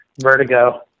Vertigo